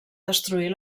destruir